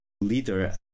leader